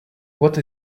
what